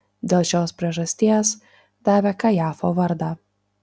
dėl šios priežasties davė kajafo vardą